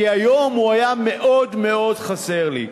כי היום הוא היה מאוד מאוד חסר לי.